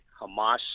Hamas